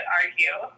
argue